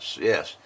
yes